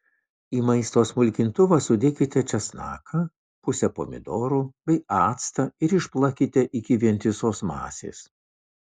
į maisto smulkintuvą sudėkite česnaką pusę pomidorų bei actą ir išplakite iki vientisos masės